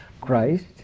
Christ